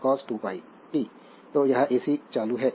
तो यह एसी चालू है एसी एसी चालू बाद में देखेंगे